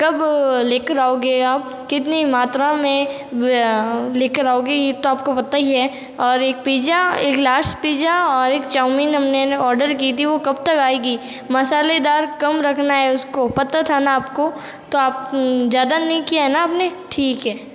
कब लेकर आओगे आप कितनी मात्रा में लेकर आओगे यह तो आपको पता ही है और एक पिज़्ज़ा एक लार्ज पिज़्ज़ा और एक चाऊमीन हमने न ऑर्डर की थी वह कब तक आएगी मसालेदार कम रखना है उसको पता था न आपको तो आप ज़्यादा नहीं किया न आपने ठीक है